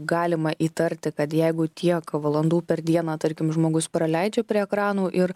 galima įtarti kad jeigu tiek valandų per dieną tarkim žmogus praleidžia prie ekranų ir